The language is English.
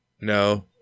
No